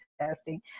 testing